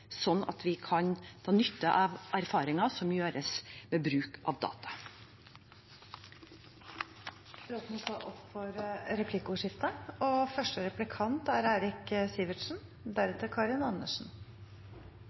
at vi kan dra nytte av erfaringer som gjøres ved bruk av data. Det blir replikkordskifte. Jeg er helt enig med statsråden i at data blir viktigere og viktigere. Det er